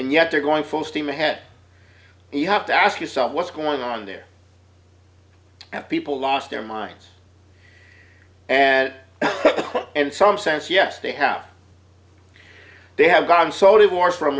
and yet they're going full steam ahead and you have to ask yourself what's going on there and people lost their minds and and some sense yes they have they have gotten so divorced from